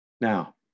Now